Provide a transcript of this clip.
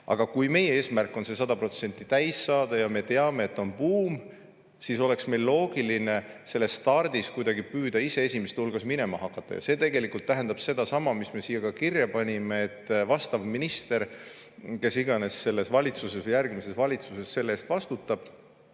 Aga kui meie eesmärk on 100% täis saada ja me teame, et on buum, siis oleks meil loogiline selles stardis kuidagi püüda ise esimeste hulgas minema hakata. See tegelikult tähendab sedasama, mis siia kirja panime, et minister, kes iganes selles valitsuses ja järgmises valitsuses selle eest vastutab,